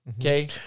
Okay